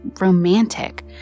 romantic